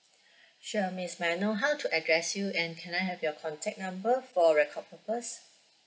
sure miss may I know how to address you and can I have your contact number for record purpose